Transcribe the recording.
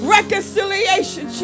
Reconciliation